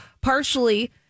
partially